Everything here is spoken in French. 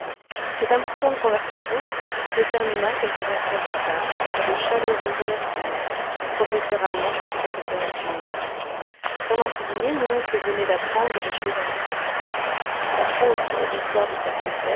cette importante conversation se termina quelques instants plus tard par de chaleureux remerciments du professeur allemand au professeur islandais pendant ce dîner mon oncle venait d'apprendre des choses importantes entre autres l'histoire de saknussemm